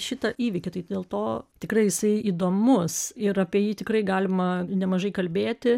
šitą įvykį tai dėl to tikrai jisai įdomus ir apie jį tikrai galima nemažai kalbėti